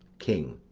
king.